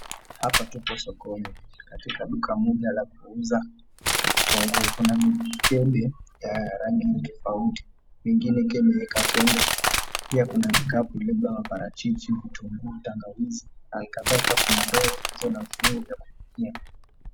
Hapa tupo sokoni, katika duka moja la kuuza vitunguu. Kuna mikebe ya rangi tofauti mingine ikiwa imeweka tende pia kuna vikapu vilivyo na parachichi, vitunguu, tangawizi hali kadhalika kuna ndoo zilizo na viungo vya kupikia.